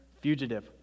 fugitive